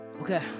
Okay